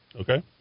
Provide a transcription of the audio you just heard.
Okay